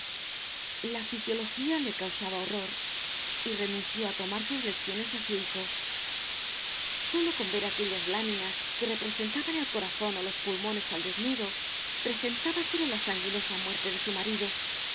la fisiología le causaba horror y renunció a tomar sus lecciones a su hijo sólo con ver aquellas láminas que representaban el corazón o los pulmones al desnudo presentábasele la sanguinosa muerte de su marido